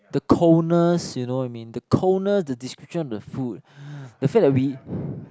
the coldness you know what I mean the coldness the description of the food the fact that we